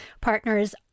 partners